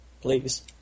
please